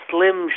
Slim